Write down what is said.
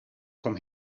komm